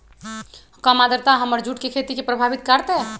कम आद्रता हमर जुट के खेती के प्रभावित कारतै?